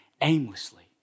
aimlessly